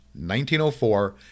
1904